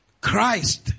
Christ